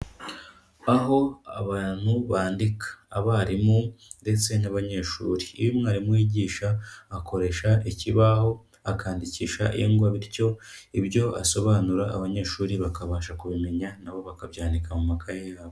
Aho abantu bandika abarimu ndetse n'abanyeshuri, iyo umwarimu yigisha akoresha ikibaho akandikisha ingwa bityo ibyo asobanura abanyeshuri bakabasha kubimenya nabo bakabyandika mu makaye yabo.